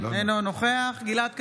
אינו נוכח גלעד קריב,